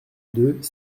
deux